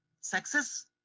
success